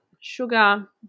sugar